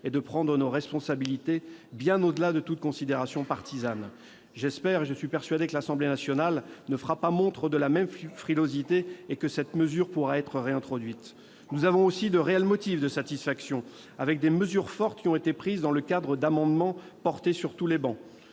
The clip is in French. et de prendre nos responsabilités, loin de toute considération partisane. Je suis persuadé que l'Assemblée nationale ne fera pas montre de la même frilosité et que cette mesure sera réintroduite. Nous avons aussi de réels motifs de satisfaction : des mesures fortes ont ainsi été prises après l'adoption d'amendements soutenus sur toutes les travées.